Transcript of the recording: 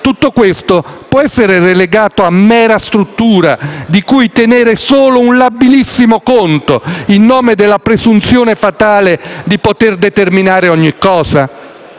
Tutto questo può essere relegato a mera sovrastruttura di cui tener solo un labilissimo conto in nome della presunzione fatale di poter determinare ogni cosa?